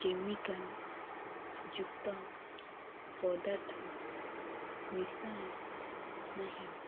chemical ଯୁକ୍ତ ପର୍ଦାଥ ମିଶାଏ ନାହିଁ